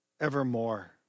evermore